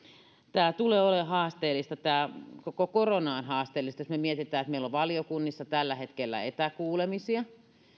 tämä tulee olemaan haasteellista koko korona on haasteellista jos me mietimme että meillä on valiokunnissa tällä hetkellä etäkuulemisia